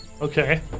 Okay